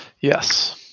Yes